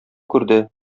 күрде